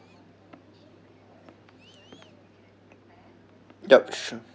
direction